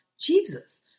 Jesus